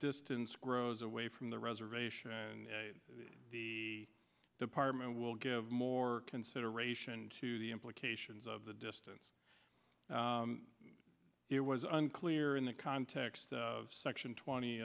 distance grows away from the reservation and the department will give more consideration to the implications of the distance it was unclear in the context of section